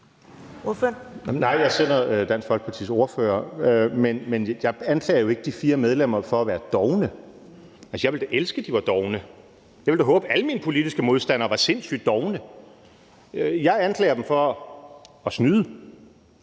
jeg sender Dansk Folkepartis ordfører. Jeg anklager jo ikke de fire medlemmer for at være dovne. Jeg ville da elske, hvis de var dovne, jeg ville da håbe, at alle mine politiske modstandere var sindssyg dovne. Jeg anklager dem for at snyde.